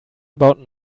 about